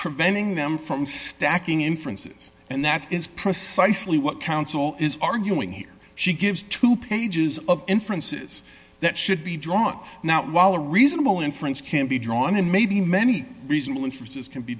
preventing them from stacking inferences and that is precisely what counsel is arguing here she gives two pages of inferences that should be drawn now while a reasonable inference can be drawn and maybe many reasonable inferences can be